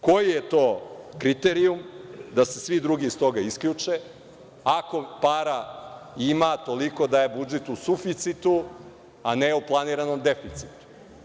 Koji je to kriterijum da se svi drugi iz toga isključe ako para ima toliko da je budžet u suficitu, a ne u planiranom deficitu?